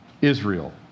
Israel